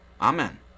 amen